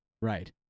right